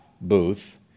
Booth